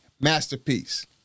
masterpiece